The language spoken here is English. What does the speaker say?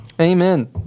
Amen